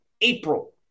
April